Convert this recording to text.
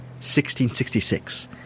1666